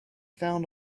found